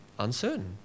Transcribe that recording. uncertain